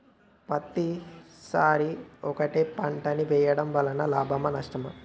పత్తి సరి ఒకటే పంట ని వేయడం వలన లాభమా నష్టమా?